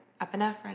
epinephrine